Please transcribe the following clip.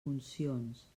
funcions